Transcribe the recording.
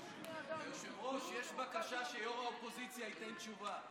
היושב-ראש, יש בקשה שראש האופוזיציה ייתן תשובה.